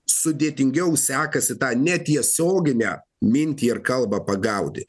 sudėtingiau sekasi tą netiesioginę mintį ar kalba pagauti